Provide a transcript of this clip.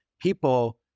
people